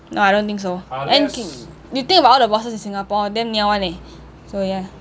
no I don't think so and you think about all the bosses in singapore damn niao [one] leh so ya